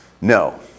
No